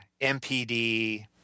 MPD